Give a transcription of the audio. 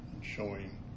showing